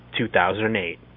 2008